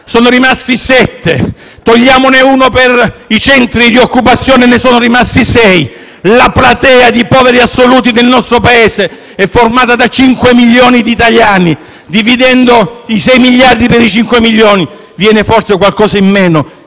sono rimasti 7; togliamone uno per i centri di occupazione e ne sono rimasti 6. La platea di poveri assoluti del nostro Paese è formata da 5 milioni di italiani; dividendo i 6 miliardi per i 5 milioni di poveri viene forse qualcosa in meno